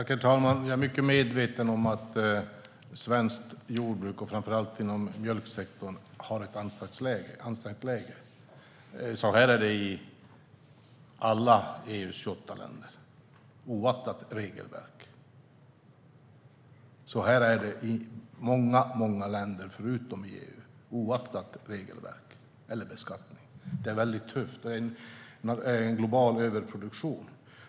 Herr talman! Jag är mycket medveten om att svenskt jordbruk har ett ansträngt läge, framför allt inom mjölksektorn. Så är det i alla EU:s 28 länder, oavsett regelverk. Så är det i många länder förutom i EU, oavsett regelverk eller beskattning. Det är väldigt tufft - det är en global överproduktion.